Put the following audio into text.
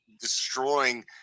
destroying